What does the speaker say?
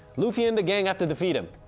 luffy and the gang have to defeat him,